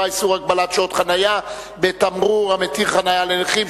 (איסור הגבלת שעות חנייה בתמרור המתיר חנייה לנכים),